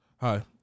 Hi